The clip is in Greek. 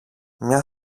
μια